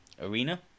arena